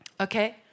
Okay